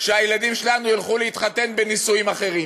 שהילדים שלנו ילכו להתחתן בנישואים אחרים,